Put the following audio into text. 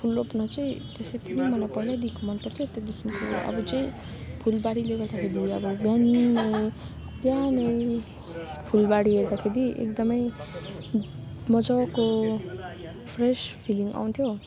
फुल रोप्नु चाहिँ त्यसै पनि मलाई पहिलैदेखि मनपर्थ्यो त्यहाँदेखिको अरू चाहिँ फुलबारीले गर्दाखेरि बिहानै फुलबारी हेर्दाखेरि एकदमै मजाको फ्रेस फिलिङ आउँथ्यो